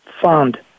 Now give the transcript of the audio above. fund